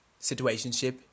situationship